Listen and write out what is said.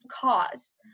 cause